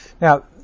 Now